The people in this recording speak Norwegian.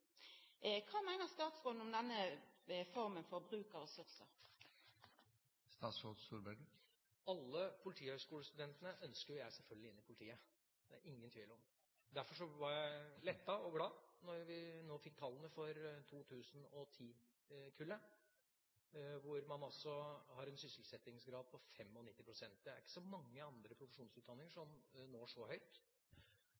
Kva meiner statsråden om denne forma for bruk av ressursar? Jeg ønsker sjølsagt alle politihøyskolestudenter inn i politiet. Det er det ingen tvil om. Derfor var jeg lettet og glad da vi fikk tallene for 2010-kullet, hvor sysselsettingsgraden er på 95 pst. Det er ikke så mange andre